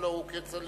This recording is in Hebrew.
הלוא הוא כצל'ה,